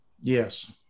Yes